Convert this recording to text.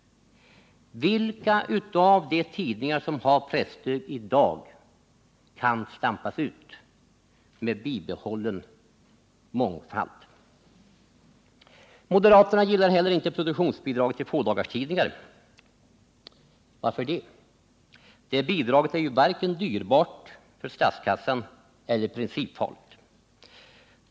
Vilka av de tidningar som har presstöd i dag kan stampas ut med bibehållen mångfald? Moderaterna gillar heller inte produktionsbidraget till fådagarstidningar. Varför? Det bidraget är ju varken dyrbart för statskassan eller principfarligt.